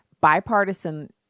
bipartisan